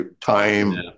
time